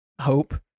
hope